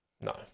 no